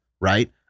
Right